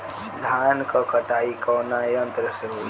धान क कटाई कउना यंत्र से हो?